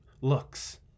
looks